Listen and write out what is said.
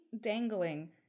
dangling